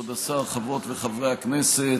כבוד השר, חברות וחברי הכנסת,